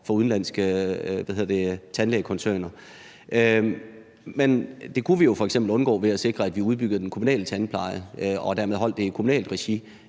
for udenlandske tandlægekoncerner. Det kunne vi jo f.eks. undgå ved at sikre, at vi udbyggede den kommunale tandpleje og dermed holdt det i kommunalt regi.